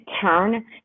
turn